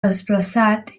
desplaçat